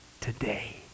today